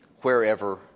wherever